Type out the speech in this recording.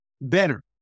better